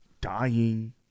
dying